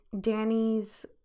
Danny's